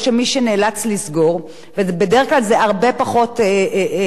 ובדרך כלל זה הרבה פחות מהחובות שפזורים,